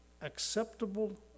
acceptable